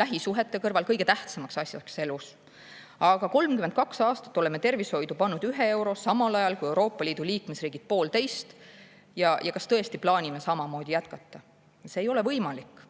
lähisuhete kõrval kõige tähtsamaks asjaks elus. Aga 32 aastat oleme tervishoidu pannud 1 euro, samal ajal kui Euroopa Liidu liikmesriigid 1,5. Kas tõesti plaanime samamoodi jätkata? See ei ole võimalik! Aga